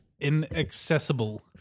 Inaccessible